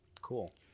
cool